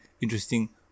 interesting